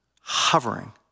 hovering